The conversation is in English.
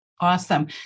Awesome